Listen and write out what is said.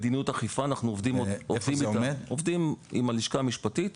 אנחנו עובדים עם הלשכה המשפטית